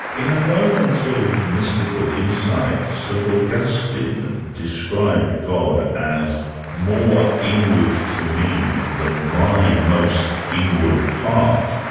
in a moment of mystical insight, st augustine described god as more inward to me than my most inward part.